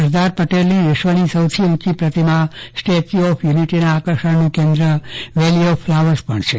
સરદાર પટેલની વિશ્વની સૌથી ઊંચી પ્રતિમા સ્ટેચ્યુ ઓફ યુનિટીના આકર્ષણનું કેન્દ્ર વેલી ઓફ ફ્લાવર્સ પણ છે